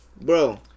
bro